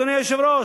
אדוני היושב-ראש,